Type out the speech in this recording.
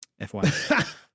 FYI